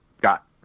got